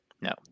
No